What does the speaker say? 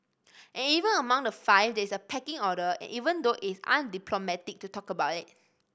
and even among the five there is a pecking order even though it is undiplomatic to talk about it